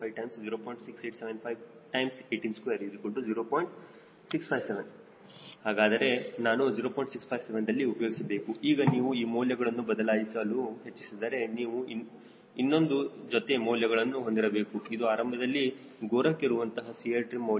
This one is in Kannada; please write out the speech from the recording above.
657ದಲ್ಲಿ ಉಪಯೋಗಿಸಬೇಕು ಈಗ ನೀವು ಈ ಮೌಲ್ಯಗಳನ್ನು ಬದಲಾಯಿಸಲು ಹೆಚ್ಚಿಸಿದರೆ ನೀವು ಇನ್ನೊಂದು ಜೊತೆ ಮೌಲ್ಯಗಳನ್ನು ಹೊಂದಿರಬೇಕು ಇದು ಆರಂಭದಲ್ಲಿ ಗೋರಕ್ ಇರುವಂತಹ 𝐶Ltrim ಮೌಲ್ಯ